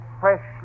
fresh